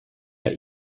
der